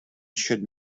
should